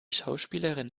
schauspielerin